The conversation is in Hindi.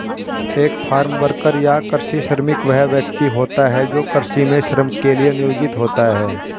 एक फार्म वर्कर या कृषि श्रमिक वह व्यक्ति होता है जो कृषि में श्रम के लिए नियोजित होता है